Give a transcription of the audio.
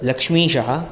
लक्ष्मीशः